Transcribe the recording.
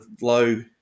low